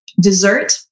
dessert